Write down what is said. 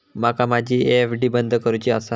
माका माझी एफ.डी बंद करुची आसा